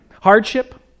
Hardship